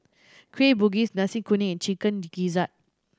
Kueh Bugis Nasi Kuning and Chicken Gizzard